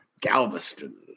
Galveston